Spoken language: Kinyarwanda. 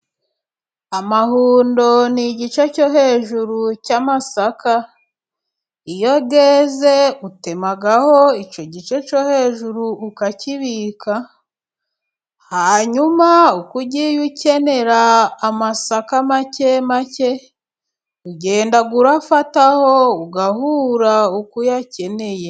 Amahundo ni igice cyo hejuru cy'amasaka iyo yeze utemaho icyo gice cyo hejuru ukakibika, hanyuma uko ugiye ukenera amasaka make make ugenda ufataho ugahura uko uyakeneye.